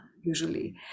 usually